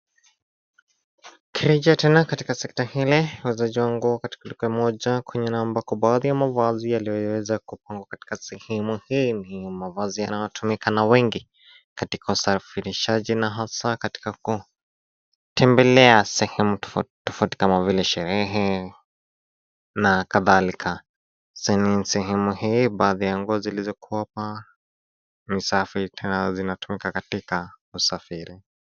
Karibia tena katika sekta ile. Wauzaji wa nguo moja kwenye na ambako baadhi ya mavazi yaliyoweza kuwa katika sehemu, hii ni mavazi yanayotayotumika na wengi katika usafirishaji na haswa katika kutembelea sehemu tofauti tofauti kama vile sherehe na kadhalika. Sehemu hii baadhi ya nguo zilizo kopa usafi tena zinatumika katika usafiri.